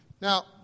Now